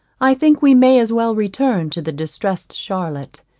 i think we may as well return to the distressed charlotte,